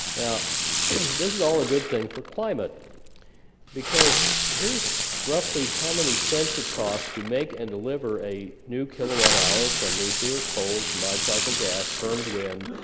now this is all a good thing for climate because here's roughly how many cents it costs to make and deliver a new kilowatt hour from nuclear coal, combined-cycle gas, firmed wind,